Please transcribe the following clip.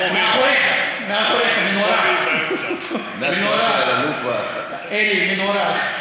מאחוריך, מאחוריך, מהשורה של אלאלוף והלאה.